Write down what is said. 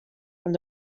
from